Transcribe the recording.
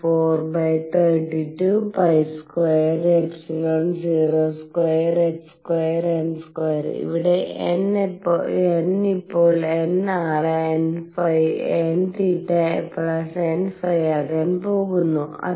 m32202h2n2 ഇവിടെ n ഇപ്പോൾ nrnθnϕ ആകാൻ പോകുന്നു